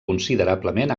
considerablement